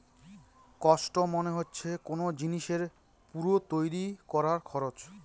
cost মানে হচ্ছে কোন জিনিসের পুরো তৈরী করার খরচ